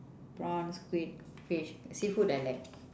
prawn squid fish seafood I like